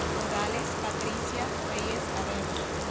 odalis but patricia reyes arevalo